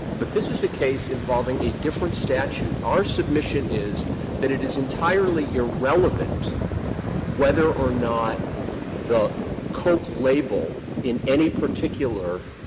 but this is a case involving a different statute. our submission is that it is entirely irrelevant whether or not the coke label, in any particular,